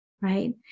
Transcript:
right